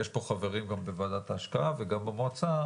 יש פה גם חברים בוועדת ההשקעה וגם במועצה,